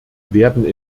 werden